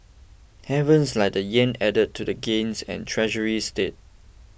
Havens like the yen added to gains and Treasuries steadied